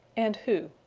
and who.